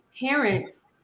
parents